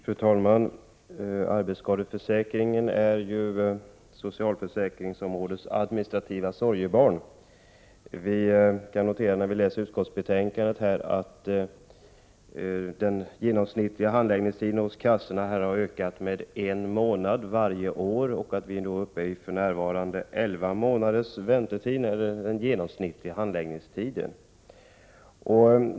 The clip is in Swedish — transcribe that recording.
Fru talman! Arbetsskadeförsäkringen är socialförsäkringsområdets administrativa sorgebarn. Vi kan när vi läser utskottsbetänkandet notera att den genomsnittliga handläggningstiden hos försäkringskassorna har ökat med en månad varje år och att vi för närvarande är uppe på elva månaders genomsnittlig handläggningstid.